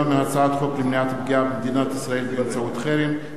מהצעת חוק למניעת פגיעה במדינת ישראל באמצעות חרם,